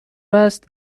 است